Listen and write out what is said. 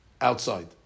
outside